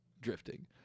drifting